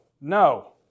No